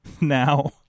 now